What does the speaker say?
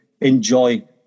enjoy